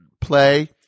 play